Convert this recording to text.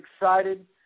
excited